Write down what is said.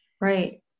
Right